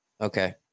Okay